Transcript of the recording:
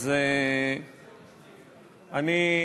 אז אני,